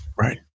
Right